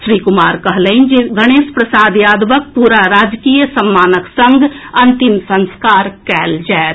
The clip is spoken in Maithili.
श्री कुमार कहलनि जे अछि जे गणेश प्रसाद यादवक पूरा राजकीय सम्मानक संग अंतिम संस्कार कएल जाएत